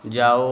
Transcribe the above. जाओ